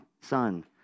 son